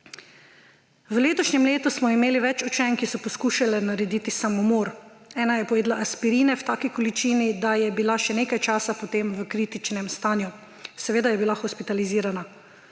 »V letošnjem letu smo imeli več učenk, ki so poskušale narediti samomor. Ena je pojedla aspirine v taki količini, da je bila še nekaj časa potem v kritičnem stanju. Seveda je bila hospitalizirana.